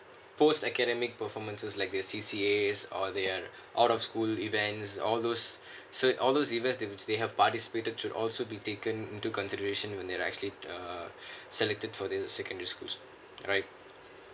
oh second make performance is like you see see a ways all the air out of school events all those so it all those events teams they have participated should also be taken into consideration that actually uh selected for this secondary schools right